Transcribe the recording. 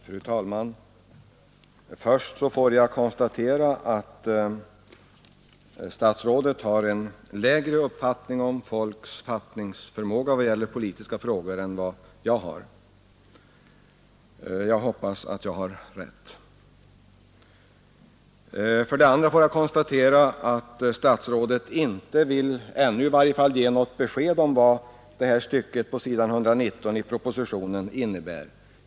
Fru talman! För det första får jag konstatera att statsrådet har en lägre värdering av folks politiska fattningsförmåga än jag har. För demokratins skull hoppas jag att jag har rätt. För det andra får jag konstatera att statsrådet i varje fall inte ännu givit något besked om vad det citerade stycket på s. 119 i propositionen innebär.